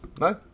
no